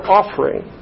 offering